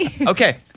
Okay